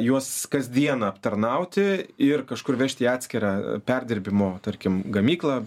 juos kasdieną aptarnauti ir kažkur vežti į atskirą perdirbimo tarkim gamyklą